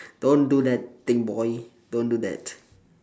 don't do that thing boy don't do that